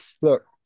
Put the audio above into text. look